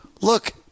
Look